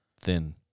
thin